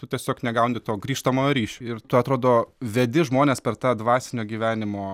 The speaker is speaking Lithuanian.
tu tiesiog negauni to grįžtamojo ryšio ir tu atrodo vedi žmones per tą dvasinio gyvenimo